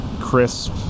crisp